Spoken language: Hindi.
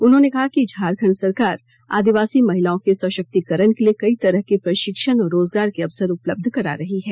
उन्होंने कहा कि झारखंड सरकार आदिवासी महिलाओं के सशक्तीकरण के लिए कई तरह के प्रशिक्षण और रोजगार के अवसर उपलब्ध करा रही है